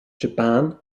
japan